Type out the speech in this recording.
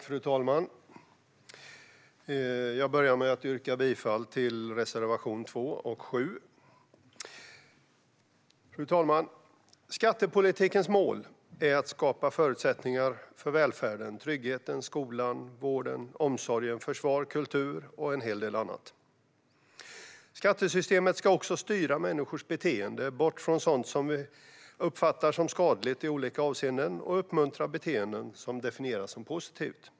Fru talman! Jag börjar med att yrka bifall till reservationerna 2 och 7. Fru talman! Målet med skattepolitiken är att skapa förutsättningar för välfärden, tryggheten, skolan, vården, omsorgen, försvaret, kulturen och en hel del annat. Skattesystemet ska också styra människors beteenden, bort från sådant som uppfattas som skadligt i olika avseenden, och uppmuntra beteenden som definieras som positiva.